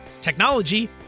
technology